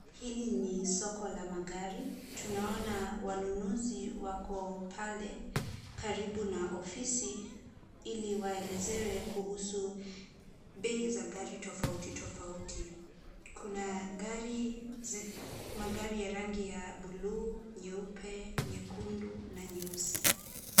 Hili ni soko la magari. Tunaona wanunuzi wako pale karibu na ofisi ili waelezewa kuhusu bei za gari tofauti tofauti. Kuna magari ya rangi ya buluu, nyeupe, nyekundu na nyeusi.